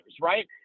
right